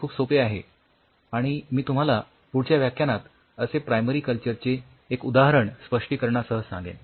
हे खूप सोपे आहे आणि मी तुम्हाला पुढच्या व्याख्यानात असे प्रायमरी कल्चर चे एक उदाहरण स्पष्टीकरणासह सांगेन